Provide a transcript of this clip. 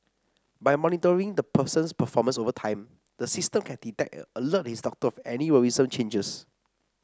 by monitoring the person's performance over time the system can detect and alert his doctor of any worrisome changes